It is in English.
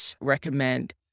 recommend